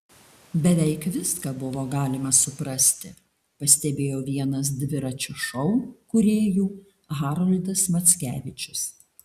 beveik viską buvo galima suprasti pastebėjo vienas dviračio šou kūrėjų haroldas mackevičius